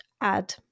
add